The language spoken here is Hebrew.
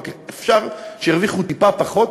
רק אפשר שירוויחו טיפה פחות,